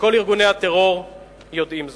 וכל ארגוני הטרור יודעים זאת.